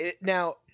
now